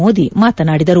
ಮೋದಿ ಮಾತನಾಡಿದರು